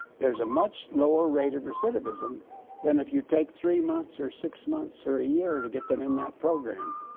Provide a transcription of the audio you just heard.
there's a much lower rate of recidivism than if you take three months, or six months, or a year to get them in that program.